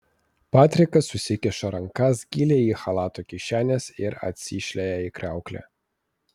patrikas susikiša rankas giliai į chalato kišenes ir atsišlieja į kriauklę